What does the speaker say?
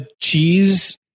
cheese